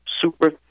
super